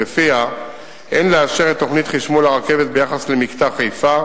שלפיה אין לאשר את תוכנית חשמול הרכבת ביחס למקטע חיפה,